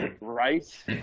Right